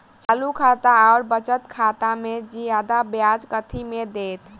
चालू खाता आओर बचत खातामे जियादा ब्याज कथी मे दैत?